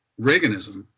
Reaganism